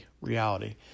reality